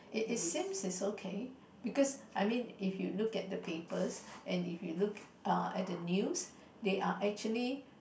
is it seems is okay because I mean if you look at the papers and if you look uh at the news they are actually